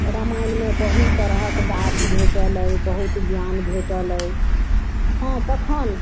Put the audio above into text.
रामायणमे बहुत तरहक बात भेटल अइ बहुत ज्ञान भेटल अइ हँ तखन